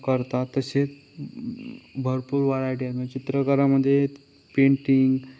करतात तसे भरपूर व्हरायटी आहेत म्हणजे चित्रकलेमध्ये पेंटिंग